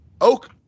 Oak